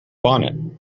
bonnet